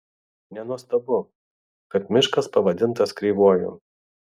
nenuostabu kad miškas pavadintas kreivuoju